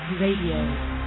Radio